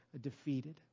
defeated